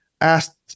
asked